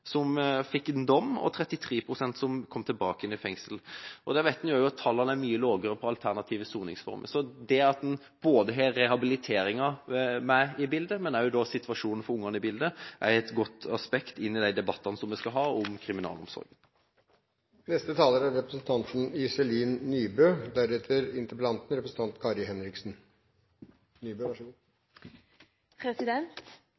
som fikk en dom, og det var 33 pst. som kom tilbake i fengsel. En vet også at tallene er mye lavere for alternative soningsformer. At man har både rehabiliteringa og situasjonen for barna med i bildet, er et godt perspektiv i de debattene vi skal ha om kriminalomsorgen. Jeg vil også benytte anledningen til å takke representanten